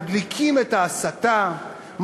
מדליקים את ההסתה,